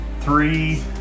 three